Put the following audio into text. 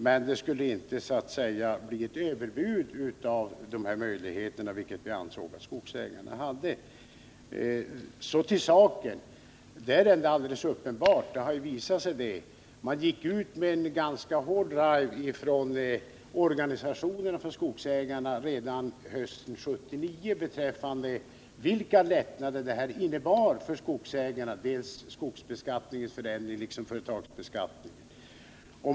Men det skulle, enligt vår åsikt, inte bli fråga om något överbud beträffande möjligheter, vilket vi ansåg skulle bli fallet när det gäller skogsägarna. Så till saken. Skogsägarorganisationerna gick ju ut med en ganska hård drive redan hösten 1979 beträffande vilka lättnader dels ändringen av skogsbeskattningen, dels företagsbeskattningen innebar för skogsägarna.